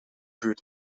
buurt